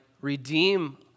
redeem